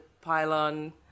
pylon